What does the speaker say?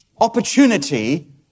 opportunity